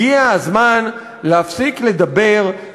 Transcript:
הגיע הזמן להפסיק לדבר,